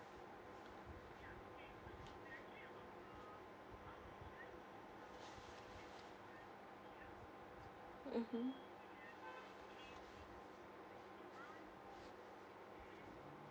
mmhmm